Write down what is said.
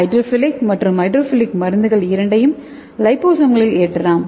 hydrophilic மற்றும் hydrophilic மருந்துகள் இரண்டையும் லிபோசோம்களில் ஏற்றலாம்